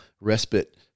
respite